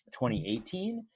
2018